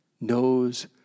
knows